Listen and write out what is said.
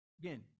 Again